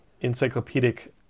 encyclopedic